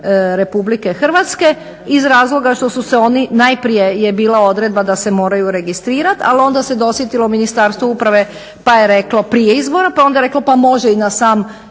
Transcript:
Republike Hrvatske iz razloga što su se oni, najprije je bila odredba da se moraju registrirat ali onda se dosjetilo Ministarstvo uprave pa je reklo prije izbora pa onda je reklo pa može i na sam